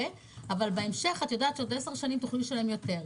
אבל את יודעת שעוד 10 שנים תוכלי לשלם יותר?